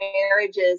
marriages